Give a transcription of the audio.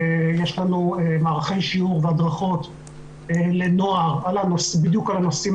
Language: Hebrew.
יש לנו מערכי שיעור והדרכות לנוער בדיוק על הנושאים